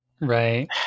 right